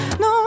no